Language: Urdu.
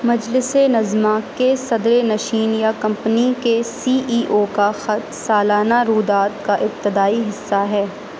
مجلس نظما کے صدرنشین یا کمپنی کے سی ای او کا خط سالانہ روداد کا ابتدائی حصہ ہے